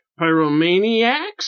pyromaniacs